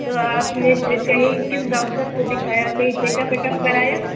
تو آپ نے پھر کہیں کس ڈاکٹر کو دکھایا کہیی چیک اپ ویکپ کرایا